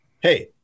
hey